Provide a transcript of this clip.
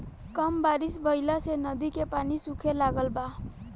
कम बारिश भईला से नदी के पानी सूखे लागल बा